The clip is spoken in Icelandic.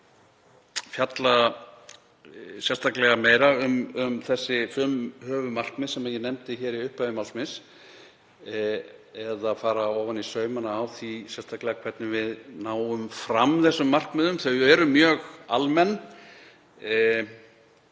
fjalla sérstaklega meira um þessi fimm höfuðmarkmið sem ég nefndi í upphafi máls míns eða að fara ofan í saumana á því sérstaklega hvernig við náum fram þeim markmiðum. Þau eru mjög almenn;